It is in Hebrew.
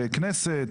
כנסת,